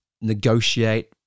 negotiate